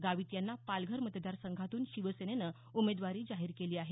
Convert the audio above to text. गावीत यांना पालघर मतदार संघातून शिवसेनेनं उमेदवारी जाहीर केली आहे